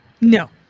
No